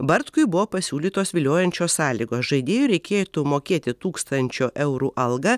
bartkui buvo pasiūlytos viliojančios sąlygos žaidėjui reikėtų mokėti tūkstančio eurų algą